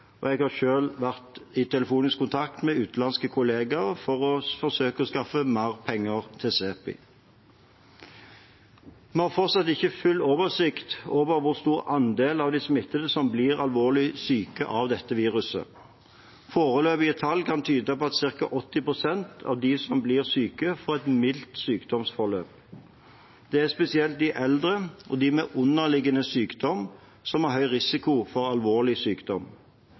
og jeg har selv vært i telefonisk kontakt med utenlandske kolleger for å forsøke å skaffe mer penger til CEPI. Vi har fortsatt ikke full oversikt over hvor stor andel av de smittede som blir alvorlig syke av dette viruset. Foreløpige tall kan tyde på at ca. 80 pst. av dem som blir syke, får et mildt sykdomsforløp. Det er spesielt de eldre og de med underliggende sykdom som har høy risiko for alvorlig sykdom.